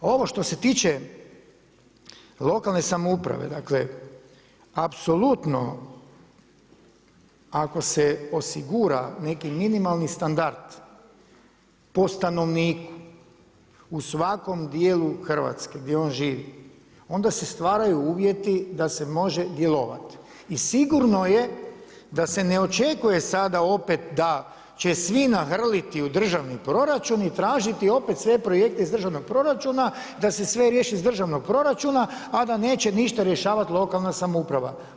A ovo što se tiče lokalne samouprave, apsolutno ako se osigura neki minimalni standard po stanovniku u svakom dijelu Hrvatske gdje on živi, onda se stvaraju uvjeti da se može djelovati i sigurno je da se ne očekuje sada opet da će svi nahrliti u državni proračun i tražiti opet sve projekte iz državnog proračuna da se sve riješi iz državnog proračuna, a da neće ništa rješavati lokalna samouprava.